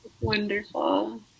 Wonderful